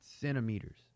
centimeters